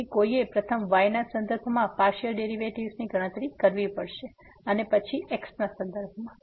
તેથી કોઈએ પ્રથમ y ના સંદર્ભમાં પાર્સીઅલ ડેરીવેટીવની ગણતરી કરવી પડશે અને પછી x ના સંદર્ભમાં